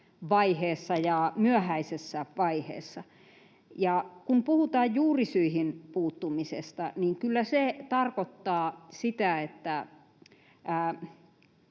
vaiheessa ja myöhäisessä vaiheessa. Kun puhutaan juurisyihin puuttumisesta, niin kyllä se tarkoittaa sitä, että